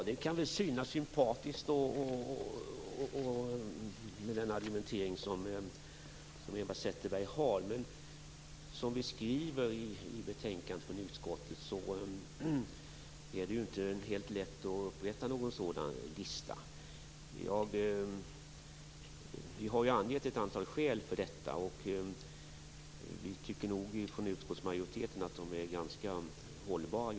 Fru talman! Det kan synas sympatiskt med den argumentering som Eva Zetterberg har. Som vi skriver i betänkandet är det inte helt lätt att upprätta någon sådan lista. Vi har angett ett antal skäl för detta. Vi tycker från utskottsmajoritetens sida att de är ganska hållbara.